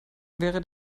wäre